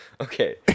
Okay